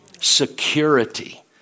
Security